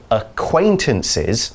acquaintances